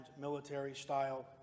military-style